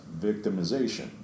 victimization